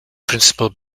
principle